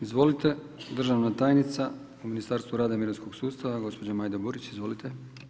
Izvolite, državna tajnica u Ministarstvu rada i mirovinskog sustava, gospođa Majda Burić, izvolite.